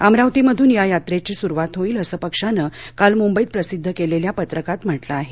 अमरावतीमधून या यात्रेची सुरुवात होईल असं पक्षानं काल मुंबईत प्रसिध्द केलेल्या पत्रकात म्हटलं आहे